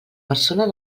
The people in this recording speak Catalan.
persona